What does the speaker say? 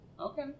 Okay